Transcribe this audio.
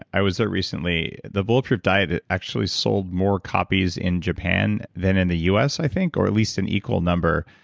i was there recently. the bulletproof diet actually sold more copies in japan than in the u s, i think, or at least an equal number.